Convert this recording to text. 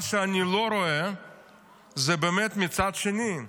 מה שאני לא רואה זה באמת מהצד השני,